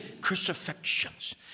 crucifixions